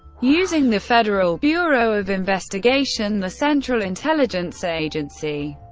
using the federal bureau of investigation, the central intelligence agency,